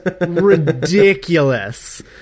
ridiculous